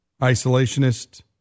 isolationist